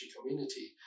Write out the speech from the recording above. community